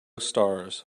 stars